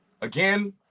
Again